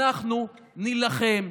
אנחנו נילחם,